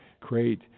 create